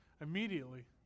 immediately